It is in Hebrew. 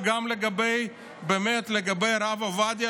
וגם באמת לגבי הרב עובדיה,